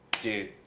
dude